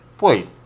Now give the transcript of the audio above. Wait